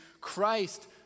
Christ